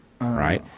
right